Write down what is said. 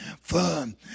fun